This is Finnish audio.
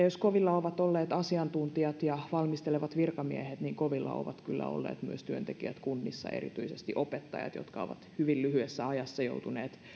jos kovilla ovat olleet asiantuntijat ja valmistelevat virkamiehet niin kovilla ovat kyllä olleet myös työntekijät kunnissa erityisesti opettajat jotka ovat hyvin lyhyessä ajassa